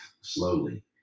slowly